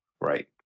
Right